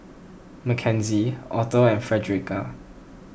Makenzie Otho and Fredericka